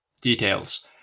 details